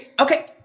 okay